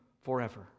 forever